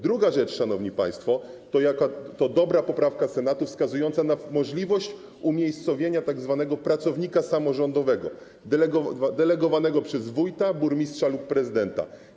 Druga rzecz, szanowni państwo, to dobra poprawka Senatu wskazująca na możliwość umiejscowienia tzw. pracownika samorządowego delegowanego przez wójta, burmistrza lub prezydenta.